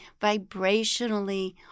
vibrationally